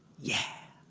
yeah.